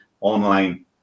online